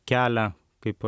kelią kaip